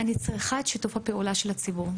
אני צריכה את שיתוף הפעולה של הציבור.